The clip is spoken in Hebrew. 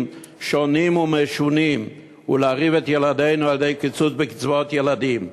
שונים ומשונים ולהרעיב את ילדינו על-ידי קיצוץ בקצבאות ילדים.